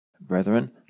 brethren